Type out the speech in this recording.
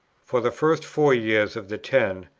for the first four years of the ten,